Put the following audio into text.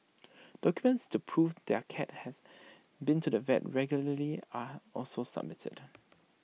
documents to prove their cat has been to the vet regularly are also submitted